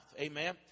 Amen